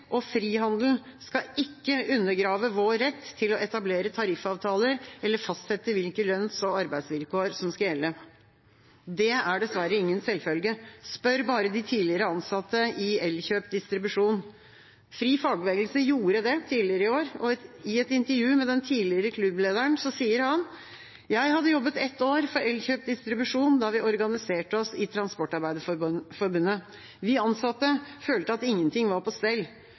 og frihandel skal ikke undergrave vår rett til å etablere tariffavtaler, eller fastsette hvilke lønns- og arbeidsvilkår som skal gjelde.» Det er dessverre ingen selvfølge. Spør bare de tidligere ansatte i Elkjøp Distribusjon. Fri Fagbevegelse gjorde det tidligere i år. I et intervju med dem sier den tidligere klubblederen: «Jeg hadde jobbet ett år for Elkjøp Distribusjon da vi organiserte oss i Transportarbeiderforbundet. Vi ansatte følte at ingenting var på stell.